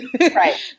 Right